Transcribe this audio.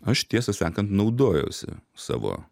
aš tiesą sakant naudojausi savo